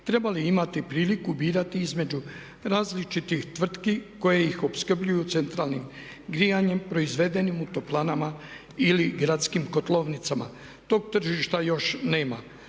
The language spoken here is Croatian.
trebali imati priliku birati između različitih tvrtki koje ih opskrbljuju centralnim grijanjem proizvedenim u toplanama ili gradskim kotlovnicama. Tog tržišta još nema.